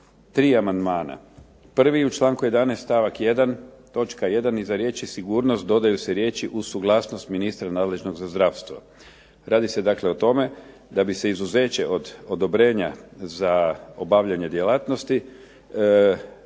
tri amandmana. Prvi, u članku 11. stavak 1. točka 1. iza riječi "sigurnost" dodaju se riječi "uz suglasnost ministra nadležnog za zdravstvo. Radi se dakle o tome da bi se izuzeće od odobrenja za obavljanje djelatnosti